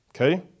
Okay